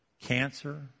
cancer